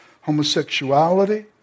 homosexuality